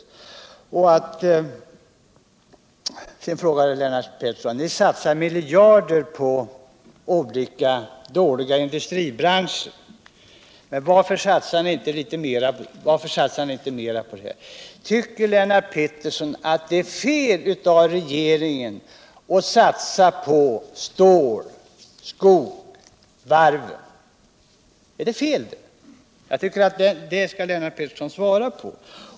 Lennart Pettersson sade vidare att nu satsar vi miljarder på olika dåliga industribranscher; varför satsas det inte mera på teknisk forskning och utveckling? Ja, tycker Lennart Pettersson då att det är fel av regeringen att satsa på stålet, skogen och malmen? Den frågan tycker jag att Lennart Pettersson skall svara på.